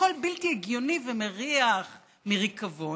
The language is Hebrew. הכול בלתי הגיוני ומריח מריקבון.